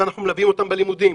אנחנו מלווים אותם בלימודים,